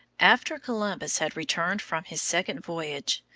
after columbus had returned from his second voyage,